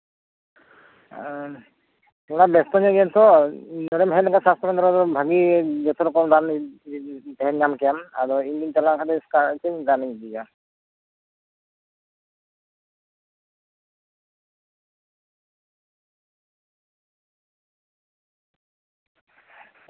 ᱮᱸ ᱛᱷᱚᱲᱟ ᱵᱮᱥᱛᱚ ᱧᱚᱜ ᱜᱤᱭᱟᱹᱧ ᱛᱚ ᱱᱚᱸᱰᱮᱢ ᱦᱮᱡ ᱞᱮᱱᱠᱷᱟᱱ ᱥᱟᱥᱛᱚ ᱠᱮᱱᱫᱨᱚ ᱨᱮ ᱡᱚᱛᱚ ᱨᱚᱠᱚᱢ ᱨᱟᱱ ᱧᱟᱢ ᱠᱮᱭᱟᱢ ᱟᱫᱚ ᱤᱧᱤᱧ ᱪᱟᱞᱟᱣ ᱞᱮᱱᱠᱷᱟᱱ ᱮᱥᱠᱟᱨ ᱪᱮᱫ ᱨᱟᱱᱤᱧ ᱤᱫᱤᱭᱟ